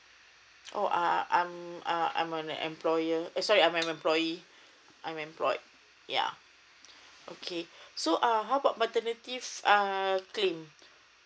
oh uh I'm uh I'm an employer sorry um I'm an employees I'm employed yeah okay so uh how about maternity uh claims